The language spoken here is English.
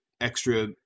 extra